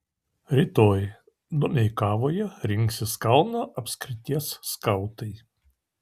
rytoj domeikavoje rinksis kauno apskrities skautai